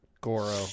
Goro